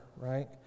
right